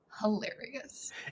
Hilarious